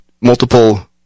multiple